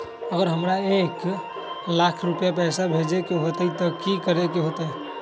अगर हमरा एक लाख से ऊपर पैसा भेजे के होतई त की करेके होतय?